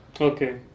Okay